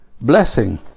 blessing